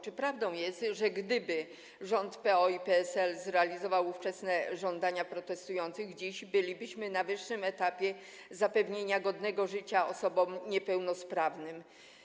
Czy prawdą jest, że gdyby rząd PO i PSL zrealizował ówczesne żądania protestujących, dziś bylibyśmy na wyższym etapie, jeśli chodzi o zapewnienie godnego życia osobom niepełnosprawnym?